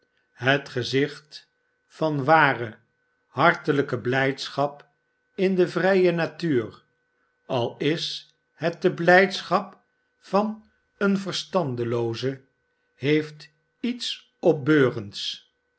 het gezicht van ware hartelijke blijdschap in de vrije natuur al is het de blijdschap van een verstandelooze heeft iets